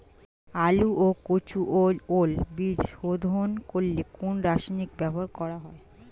আলু ও কচু ও ওল বীজ শোধন করতে কোন রাসায়নিক ব্যবহার করা হয়?